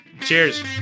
cheers